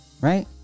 Right